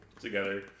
together